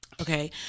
Okay